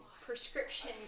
prescription